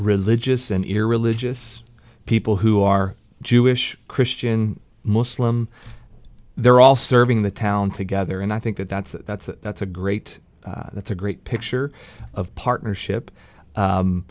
religious and irreligious people who are jewish christian muslim they're all serving the town together and i think that that's that's that's a great that's a great picture of partnership